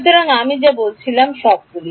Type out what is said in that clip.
সুতরাং আমি যা বলেছিলাম সবগুলি